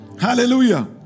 Hallelujah